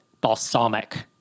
Balsamic